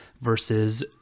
versus